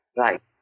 right